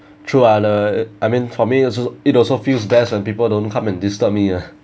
true ah the I mean for me also it also feels best when people don't come and disturb me ah